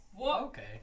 Okay